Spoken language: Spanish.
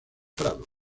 prado